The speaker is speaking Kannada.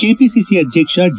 ಕೆದಿಸಿಸಿ ಅಧ್ಯಕ್ಷ ಡಿ